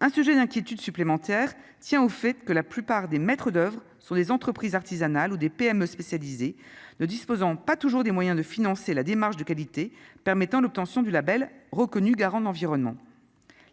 un sujet d'inquiétude supplémentaire: tiens, au fait que la plupart des maîtres d'oeuvre sur des entreprises artisanales ou des PME spécialisées ne disposant pas toujours des moyens de financer la démarche de qualité permettant l'obtention du Label reconnu garant d'environnement,